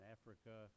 Africa